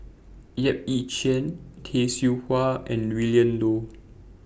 Yap Ee Chian Tay Seow Huah and Willin Low